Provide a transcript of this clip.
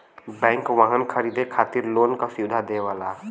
bank वाहन खरीदे खातिर लोन क सुविधा देवला